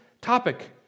topic